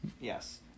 Yes